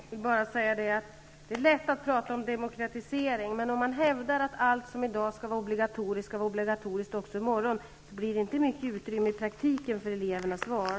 Fru talman! Jag vill bara säga att det är lätt att prata om demokratisering, men om man hävdar att allt som i dag är obligatoriskt skall vara det också i morgon blir det inte mycket utrymme i praktiken för elevernas val.